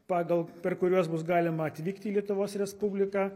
pagal per kuriuos bus galima atvykti į lietuvos respubliką